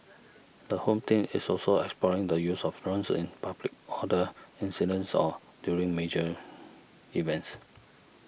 the Home Team is also exploring the use of drones in public order incidents or during major events